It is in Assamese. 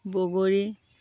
বগৰী